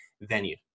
venue